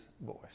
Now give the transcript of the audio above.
voice